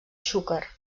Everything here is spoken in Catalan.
xúquer